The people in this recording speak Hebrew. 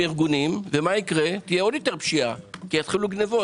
לארגונים כלשהם ומה יקרה - תהיה יעוד יותר פשיעה כי יתחילו גניבות